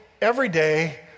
everyday